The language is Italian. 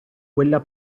quella